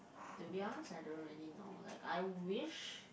to be honest I don't really know like I wish